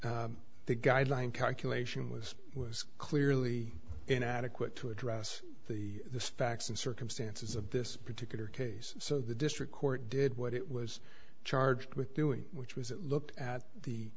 that the guideline calculation was clearly inadequate to address the facts and circumstances of this particular case so the district court did what it was charged with doing which was it looked at the